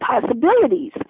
possibilities